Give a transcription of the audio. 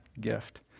gift